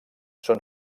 són